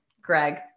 Greg